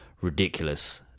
ridiculous